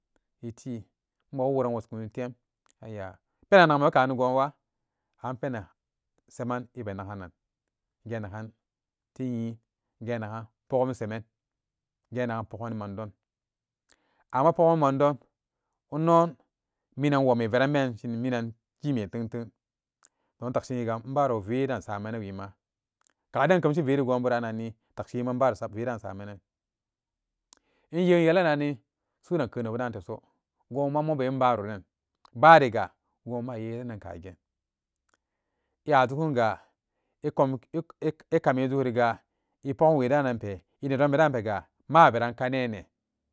Maa bum waa sa'akun e ni maa wokwaran woskuni tem ayya penan nakmanakani gonwaa an penan seman e be naganan gen nagan tii gennagan pogum seman gen nagan pogani mandon amma pogani mandon inno minan woo me veran been shin minan tiime tengteng don takshin wiiga inbara vee den samanan wiima kaden inkemshi veengonburannanni takshin wiima inbara vee dan samanan wiima kaden inkemshi veengonburannanni takshin wiima inbara vez dan samanan inye yelananni su'uden keu nebudan teso gonbuma moben baroran baanga goma a ye yelanan kageen